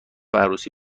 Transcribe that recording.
عروسی